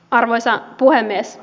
arvoisa puhemies